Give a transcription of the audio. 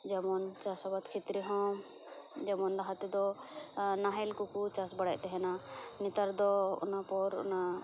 ᱡᱮᱢᱚᱱ ᱪᱟᱥ ᱟᱵᱟᱫ ᱠᱷᱮᱛᱨᱮ ᱦᱚᱸ ᱡᱮᱢᱚᱱ ᱞᱟᱦᱟ ᱛᱮᱫᱚ ᱱᱟᱦᱮᱞ ᱠᱚᱠᱚ ᱪᱟᱥ ᱵᱟᱲᱟᱭᱮᱫ ᱛᱟᱦᱮᱱᱟ ᱱᱮᱛᱟᱨ ᱫᱚ ᱚᱱᱟ ᱚᱱᱟ ᱯᱚᱨ ᱚᱱᱟ